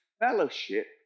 Fellowship